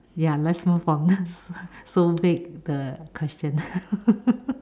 ya let's move on so big the questions